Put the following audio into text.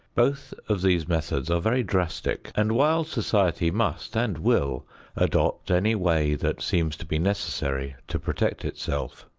both of these methods are very drastic, and while society must and will adopt any way that seems to be necessary to protect itself,